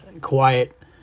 quiet